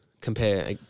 compare